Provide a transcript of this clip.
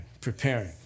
preparing